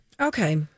okay